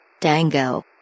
Dango